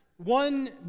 One